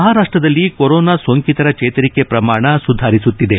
ಮಹಾರಾಷ್ಟದಲ್ಲಿ ಕೊರೊನಾ ಸೋಂಕಿತರ ಚೇತರಿಕೆ ಪ್ರಮಾಣ ಸುಧಾರಿಸುತ್ತಿದೆ